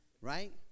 right